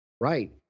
Right